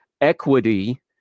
equity